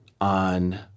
on